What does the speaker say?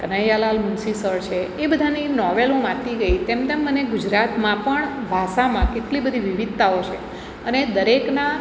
કનૈલાલા Munshi sir છે એ બધાની નોવેલ હું વાંચતી ગઈ તેમ તેમ મને ગુજરાતમાં પણ ભાષામાં કેટલી બધી વિવિધતાઓ છે અને દરેકના